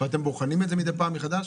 אתם בוחנים את זה מידי פעם מחדש?